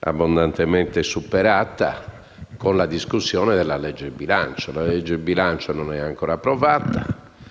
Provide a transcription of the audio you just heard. abbondantemente superata con la discussione della legge di bilancio. La legge di bilancio non è ancora approvata